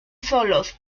solos